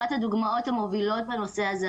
אחת הדוגמאות המובילות בנושא הזה,